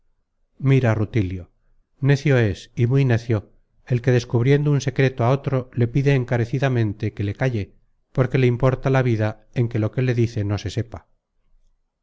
mira rutilio necio es y muy necio el que descubriendo un secreto á otro le pide encarecidamente que le calle porque le importa la vida en que lo que le dice no se sepa